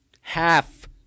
Half